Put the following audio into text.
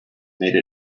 made